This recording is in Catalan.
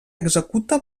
executa